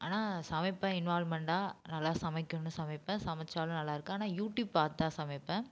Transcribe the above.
ஆனால் சமைப்பேன் இன்வால்மென்டாக நல்லா சமைக்கணும்னு சமைப்பேன் சமைத்தாலும் நல்லா இருக்கும் ஆனால் யூடியூப் பார்த்துதான் சமைப்பேன்